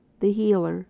the healer,